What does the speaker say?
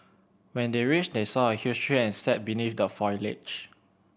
when they reached they saw a huge tree and sat beneath the foliage